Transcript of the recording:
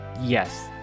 Yes